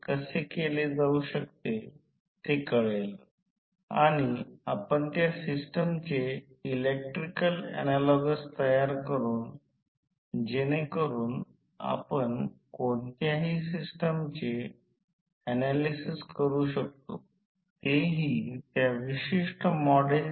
तर सर्वकाही प्रत्यक्षात चिन्हांकित केले असल्यास V1 V1 V2 मिळाल्यास वळणांपैकी एकाचे ध्रुवपणाचे थोडे अंतर या बाजूने किंवा या बाजूने बदलले जाणे आवश्यक आहे फक्त अदलाबदल